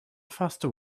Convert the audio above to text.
faster